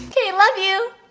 kay, love you!